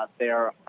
ah there